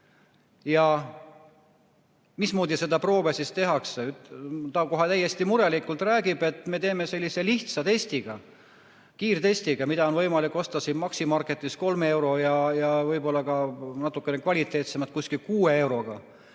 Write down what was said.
Ja mismoodi seda proovi siis tehakse? Ta kohe täiesti murelikult räägib, et me teeme sellise lihtsa testiga, kiirtestiga, mida on võimalik osta Maksimarketist kolme euro eest ja võib-olla natukene kvaliteetsemat kusagilt mujalt